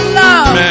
love